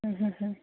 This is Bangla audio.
হুম হুম হুম